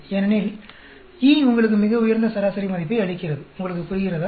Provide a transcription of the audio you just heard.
ஏனெனில் E உங்களுக்கு மிக உயர்ந்த சராசரி மதிப்பை அளிக்கிறது உங்களுக்கு புரிகிறதா